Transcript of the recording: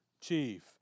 chief